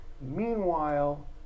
Meanwhile